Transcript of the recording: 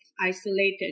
isolated